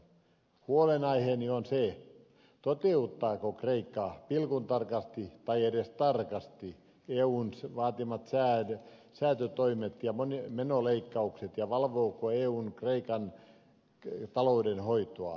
huolenaiheeni on se toteuttaako kreikka pilkuntarkasti tai edes tarkasti eun vaatimat säätötoimet ja menoleikkaukset ja valvooko eu kreikan taloudenhoitoa